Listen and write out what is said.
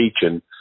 teaching